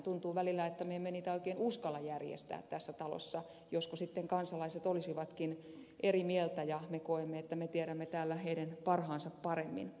tuntuu välillä että me emme niitä oikein uskalla järjestää tässä talossa josko sitten kansalaiset olisivatkin eri mieltä kun me koemme että me tiedämme täällä heidän parhaansa paremmin